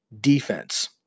defense